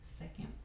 second